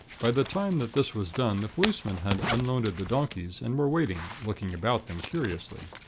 by the time that this was done, the policemen had unloaded the donkeys, and were waiting, looking about them, curiously.